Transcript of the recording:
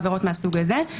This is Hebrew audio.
עבירות מהסוג הזה.